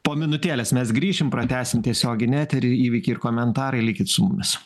po minutėlės mes grįšim pratęsim tiesioginį eterį įvykiai ir komentarai likit su mumis